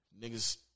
Niggas